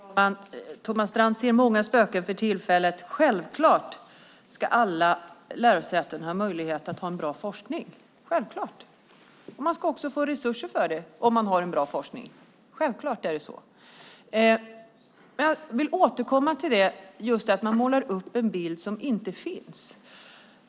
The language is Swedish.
Herr talman! Thomas Strand ser många spöken för tillfället. Självklart ska alla lärosäten ha möjlighet att ha en bra forskning. Det är självklart. De ska också få resurser om de har en bra forskning. Självklart är det så. Jag vill återkomma till att man målar upp en bild som inte finns.